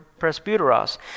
presbyteros